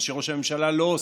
מה שראש הממשלה לא עושה,